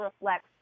reflects